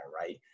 right